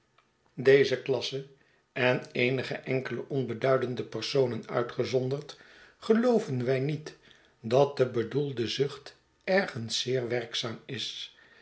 deze klasse en eenige enkele onbeduidende personen uitgezonderd gelooven wij niet dat de bedoelde zucht ergens zeer werkzaam is